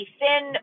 thin